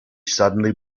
suddenly